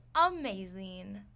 amazing